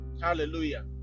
hallelujah